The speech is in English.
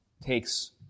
takes